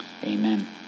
Amen